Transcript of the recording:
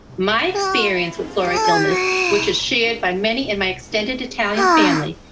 my experience with fluoride illness, which is shared by many in my extended italian family,